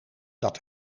dat